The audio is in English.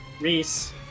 Reese